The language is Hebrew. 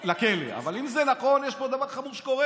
אבל אם זה נכון, קורה פה דבר חמור.